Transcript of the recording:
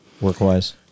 work-wise